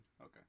Okay